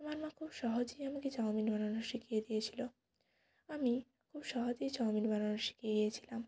আমার মা খুব সহজেই আমাকে চাউমিন বানানো শিখিয়ে দিয়েছিল আমি খুব সহজেই চাউমিন বানানো শিখে গিয়েছিলাম